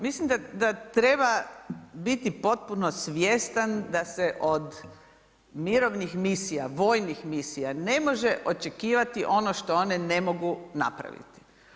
Mislim da treba biti potpuno svjestan da se od mirovnih misija, vojnih misija ne može očekivati ono što one ne mogu napraviti.